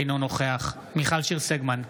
אינו נוכח מיכל שיר סגמן,